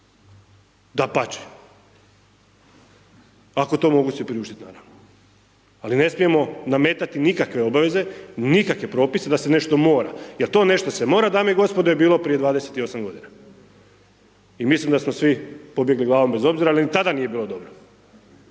dapače, ako to mogu si priuštit naravno, ali ne smijemo nametati nikakve obaveze nikakve propise da se nešto mora. Jer to nešto se mora dame i gospodo je bilo prije 28 godina. I mislim da smo svi pobjegli glavom bez obzira, ali ni tada nije bilo dobro.